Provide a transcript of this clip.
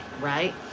right